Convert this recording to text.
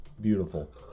beautiful